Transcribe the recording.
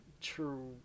true